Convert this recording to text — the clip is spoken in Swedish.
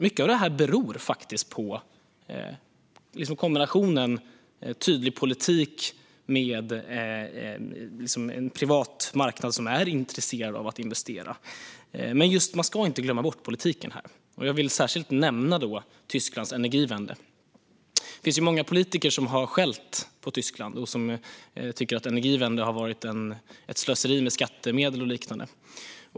Mycket av detta beror på kombinationen av tydlig politik och en privat marknad som är intresserad av att investera. Men man ska alltså inte glömma politiken här, och jag vill särskilt nämna Tysklands Energiewende. Det finns många politiker som har skällt på Tyskland och menat att Energiewende har varit ett slöseri med skattemedel och liknande.